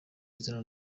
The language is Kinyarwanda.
izina